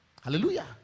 Hallelujah